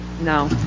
No